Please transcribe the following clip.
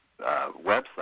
website